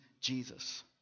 Jesus